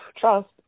trust